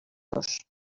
dos